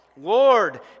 Lord